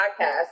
podcast